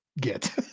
get